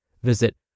Visit